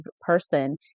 person